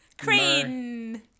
Crane